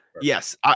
Yes